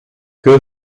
que